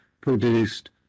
produced